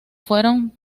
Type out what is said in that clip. fueron